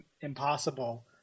impossible